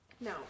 no